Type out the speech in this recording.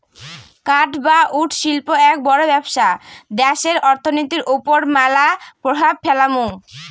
কাঠ বা উড শিল্প এক বড় ব্যবসা দ্যাশের অর্থনীতির ওপর ম্যালা প্রভাব ফেলামু